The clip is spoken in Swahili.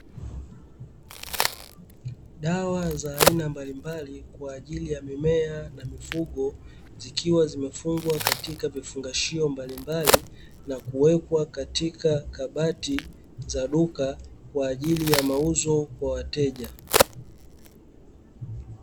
Dawa za aina mbalimbali kwa ajili ya mimea na mifugo zikiwa zimefungwa katika vifungashio mbalimbali, na kuwekwa katika kabati za duka kwa ajili ya mauzo kwa wateja.